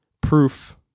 proof